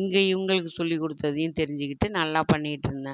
இங்கே இவங்களுக்கு சொல்லி கொடுத்ததையும் தெரிஞ்சுக்கிட்டு நல்லா பண்ணிட்டுருந்தேன்